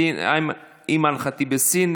אימאן ח'טיב יאסין,